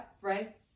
right